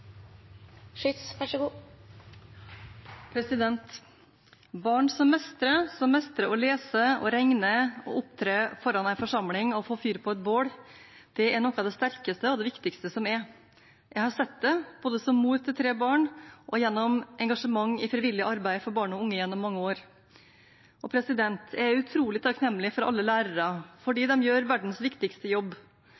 noe av det sterkeste og viktigste som er. Jeg har sett det, både som mor til tre barn og gjennom engasjement i frivillig arbeid for barn og unge gjennom mange år. Jeg er utrolig takknemlig for alle lærere, fordi